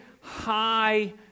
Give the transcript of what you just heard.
high